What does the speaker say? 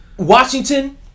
Washington